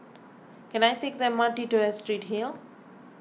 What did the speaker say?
can I take the M R T to Astrid Hill